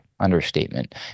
understatement